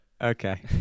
Okay